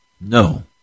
No